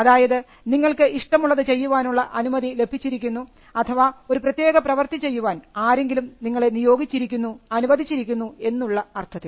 അതായത് നിങ്ങൾക്ക് ഇഷ്ടമുള്ളത് ചെയ്യുവാനുള്ള അനുമതി ലഭിച്ചിരിക്കുന്നു അഥവാ ഒരു പ്രത്യേക പ്രവർത്തി ചെയ്യുവാൻ ആരെങ്കിലും നിങ്ങളെ നിയോഗിച്ചിരിക്കുന്നു അനുവദിച്ചിരിക്കുന്നു എന്നുള്ള അർത്ഥത്തിൽ